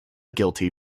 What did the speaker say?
guilty